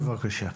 בבקשה.